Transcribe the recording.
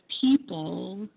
people